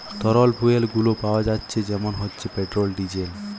তরল ফুয়েল গুলো পাওয়া যাচ্ছে যেমন হচ্ছে পেট্রোল, ডিজেল